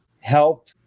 help